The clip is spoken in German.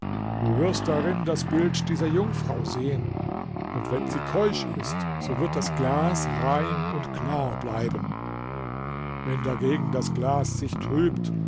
du wirst darin das bild dieser jungfrau sehen und wenn sie keusch ist so wird das glas rein und klar bleiben wenn dagegen das glas sich trübt